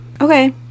Okay